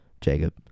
Jacob